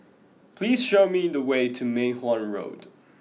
please show me the way to Mei Hwan Road